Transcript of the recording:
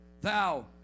thou